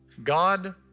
God